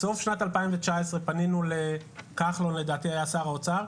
בסוף שנת 2019 פנינו לכחלון שהיה שר האוצר,